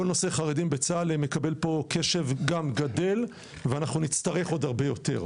כל נושא חרדים בצה"ל מקבל פה קשב גם גדל ואנחנו נצטרך עוד הרבה יותר.